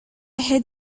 had